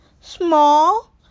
small